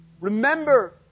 Remember